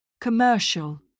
Commercial